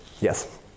Yes